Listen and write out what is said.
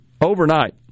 overnight